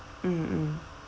mm mm